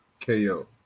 KO